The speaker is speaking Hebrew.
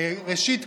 ראשית,